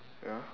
ya